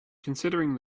considering